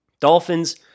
Dolphins